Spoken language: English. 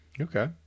Okay